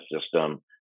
system